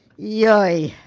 yoy.